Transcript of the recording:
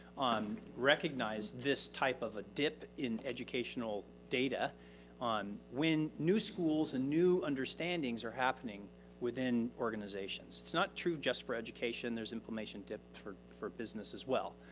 um recognized this type of a dip in educational data when new schools and new understanding are happening within organizations. it's not true just for education. there's implementation dip for for business as well.